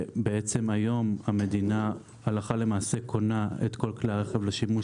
היום המדינה הלכה למעשה קונה את כל כלי הרכב לשימוש